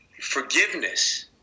forgiveness